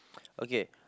okay